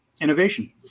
innovation